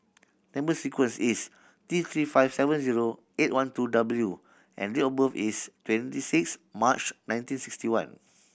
number sequence is T Three five seven zero eight one two W and date of birth is twenty six March nineteen sixty one